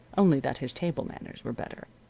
only that his table manners were better.